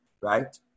right